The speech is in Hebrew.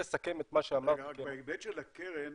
בהיבט של הקרן,